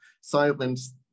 silence